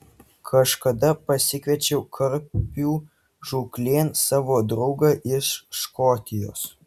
kažkada pasikviečiau karpių žūklėn savo draugą iš škotijos